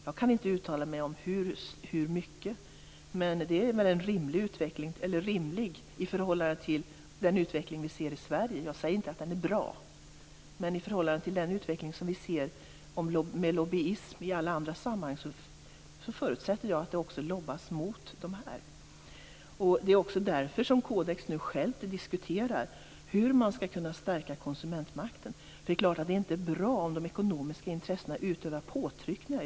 Jag kan inte uttala mig om hur mycket, men det är rimligt i förhållande till den utveckling vi ser i Sverige. Jag säger inte att den är bra, men i förhållande till den utveckling vi ser med lobbyism i andra sammanhang, förutsätter jag att det sker lobbying mot dessa. Det är därför som Codex självt diskuterar hur konsumentmakten skall stärkas. Det är inte bra om de ekonomiska intressena utövar påtryckningar.